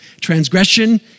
transgression